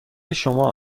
شما